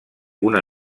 una